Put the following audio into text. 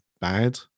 bad